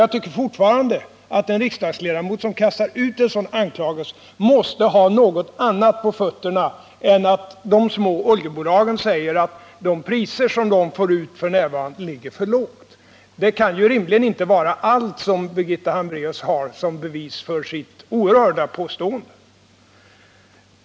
Jag tycker fortfarande att en riksdagsledamot som kastar ut en sådan anklagelse måste ha något annat på fötterna än att de små oljebolagen säger att de priser de får ut f. n. ligger för lågt. Det kan rimligen inte vara allt som Birgitta Hambraeus har som bevis för sitt oerhörda påstående.